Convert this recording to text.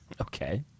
Okay